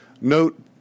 Note